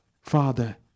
Father